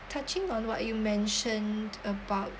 touching on what you mentioned about